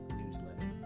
newsletter